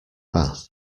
bath